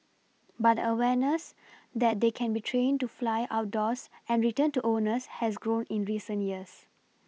but awareness that they can be trained to fly outdoors and return to owners has grown in recent years